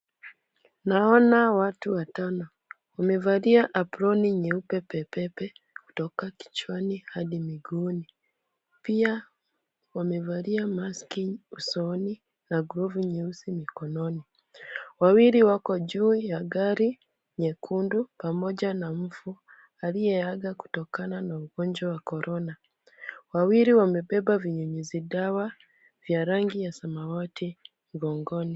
Naona watu watano. Wamevalia aproni nyeupe pepepe kutoka kichwani hadi miguuni. Pia wamevalia maski usoni na glovu nyeusi mikononi. Wawili wako juu ya gari nyekundu pamoja na mfu aliyeaga kutoka na ugonjwa wa korona. Wawili wamebeba vinyunyuzi dawa vya rangi ya samawati mgongoni.